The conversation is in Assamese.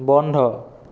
বন্ধ